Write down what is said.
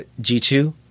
G2